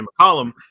McCollum